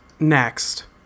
Next